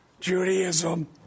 Judaism